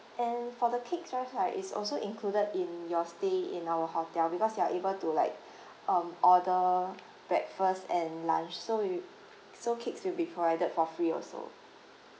and for the cakes wise right it's also included in your stay in our hotel because you are able to like um order breakfast and lunch so we wi~ so cakes will be provided for free also